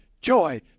joy